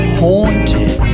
haunted